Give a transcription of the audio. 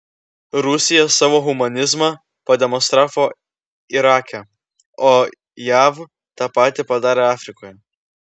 rusija savo humanizmą pademonstravo irake o jav tą patį padarė afrikoje